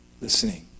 Listening